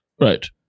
Right